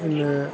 പിന്നെ